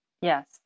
Yes